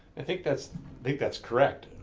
i think that's think that's correct,